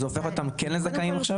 זה הופך אותם כן לזכאים עכשיו?